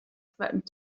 threatened